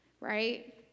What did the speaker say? right